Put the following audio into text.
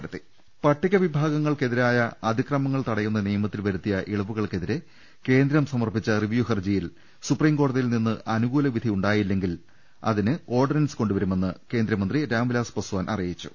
അട്ട്ട്ട്ട്ട്ട്ട്ട്ട്ട പട്ടികവിഭാഗങ്ങൾക്ക് എതിരായ അതിക്രമങ്ങൾ തടയുന്ന നിയമത്തിൽ വരുത്തിയ ഇളവുകൾക്കെതിരെ കേന്ദ്രം സമർപ്പിച്ച റിവ്യൂ ഹർജിയിൽ സുപ്രീം കോടതിയിൽ നിന്ന് അനുകൂല വിധി ഉണ്ടായില്ലെങ്കിൽ ഇതിന് ഓർഡിനൻസ് കൊണ്ടുവരുമെന്ന് കേന്ദ്രമന്ത്രി രാംവിലാസ് പസ്വാൻ അറിയിച്ചു